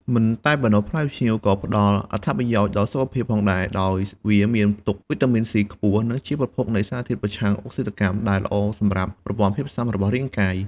មិនតែប៉ុណ្ណោះ ផ្លែផ្ញៀវក៏ផ្តល់អត្ថប្រយោជន៍ដល់សុខភាពផងដែរ ដោយវាមានផ្ទុកវីតាមីន C ខ្ពស់ និងជាប្រភពនៃសារធាតុប្រឆាំងអុកស៊ីតកម្ម ដែលល្អសម្រាប់ប្រព័ន្ធភាពស៊ាំរបស់រាងកាយ។